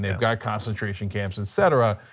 and got concentration camps, etc,